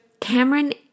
Cameron